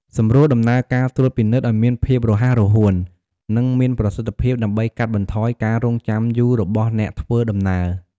សម្រួលដំណើរការត្រួតពិនិត្យឱ្យមានភាពរហ័សរហួន និងមានប្រសិទ្ធភាព ដើម្បីកាត់បន្ថយការរង់ចាំយូររបស់អ្នកធ្វើដំណើរ។